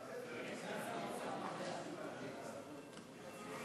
ההצעה להעביר את הצעת חוק הבנקאות (שירות ללקוח) (תיקון,